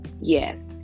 yes